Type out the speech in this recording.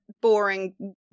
boring